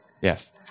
Yes